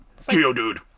Geodude